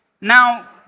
Now